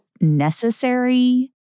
necessary